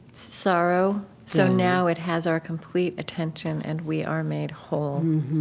sorrow, so now it has our complete attention and we are made whole. um